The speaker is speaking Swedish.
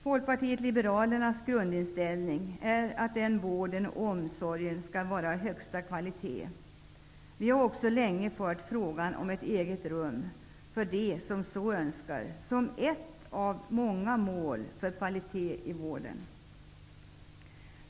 Folkpartiet liberalernas grundinställning är att den vården och omsorgen skall vara av högsta kvalitet. Vi har också länge fört frågan om ett eget rum -- för dem som så önskar. Det är ett av de många målen för att uppnå kvalitet i vården.